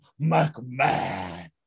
McMahon